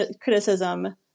criticism